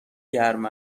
گرم